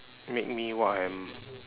make me what I am